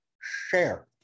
share